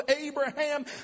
Abraham